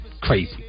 crazy